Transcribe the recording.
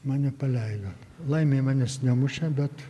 mane paleido laimei manęs nemušė bet